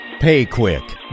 PayQuick